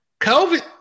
COVID